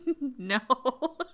No